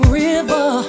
river